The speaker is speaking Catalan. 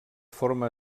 forma